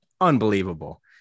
unbelievable